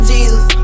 Jesus